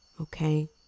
Okay